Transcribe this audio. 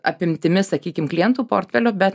apimtimi sakykim klientų portfelio bet